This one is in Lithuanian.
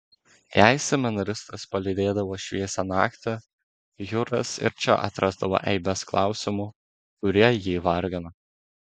jei seminaristas palydėdavo šviesią naktį juras ir čia atrasdavo eibes klausimų kurie jį vargino